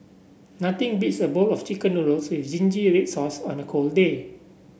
nothing beats a bowl of chicken noodles with zingy red sauce on a cold day